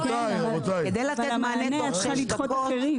כדי לתת מענה תוך שש דקות,